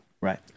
Right